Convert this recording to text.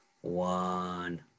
one